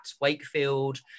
Wakefield